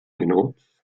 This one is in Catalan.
minuts